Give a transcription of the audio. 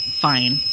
fine